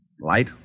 Light